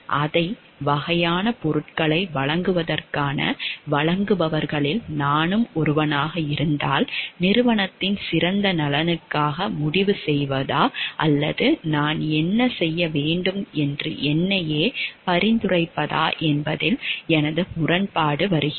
அதே வகையான பொருட்களை வழங்குவதற்கான வழங்குபவர்களில் நானும் ஒருவராக இருந்தால் நிறுவனத்தின் சிறந்த நலனுக்காக முடிவு செய்வதா அல்லது நான் என்ன செய்ய வேண்டும் என்று என்னையே பரிந்துரைப்பதா என்பதில் எனது முரண்பாடு வருகிறது